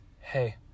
hey